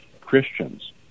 Christians